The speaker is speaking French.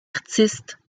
artistes